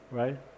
right